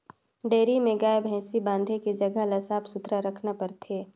dairy में गाय, भइसी बांधे के जघा ल साफ सुथरा रखना परथे